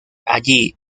allí